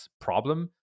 problem